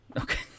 Okay